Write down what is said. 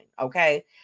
Okay